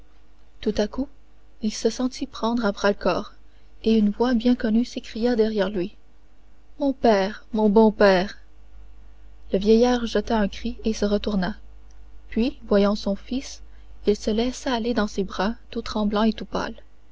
tout à coup il se sentit prendre à bras-le-corps et une voix bien connue s'écria derrière lui mon père mon bon père le vieillard jeta un cri et se retourna puis voyant son fils il se laissa aller dans ses bras tout tremblant et tout